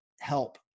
help